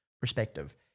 perspective